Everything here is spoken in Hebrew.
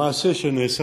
המעשה שנעשה